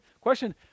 question